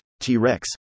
TREX